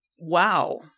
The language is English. Wow